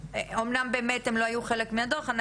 שאמנם באמת הם לא היו חלק מהדוח,